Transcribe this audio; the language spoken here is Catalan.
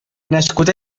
nascut